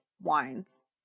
wines